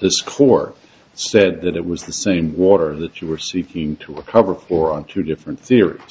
this core said that it was the same water that you were seeking to cover for on two different theories